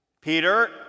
Peter